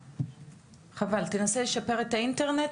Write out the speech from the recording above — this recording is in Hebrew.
תנסה לשפר את האינטרנט,